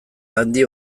handi